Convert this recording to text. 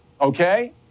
Okay